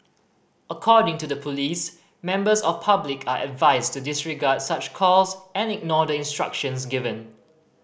according to the police members of public are advised to disregard such calls and ignore the instructions given